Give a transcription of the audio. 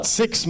six